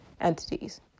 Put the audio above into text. entities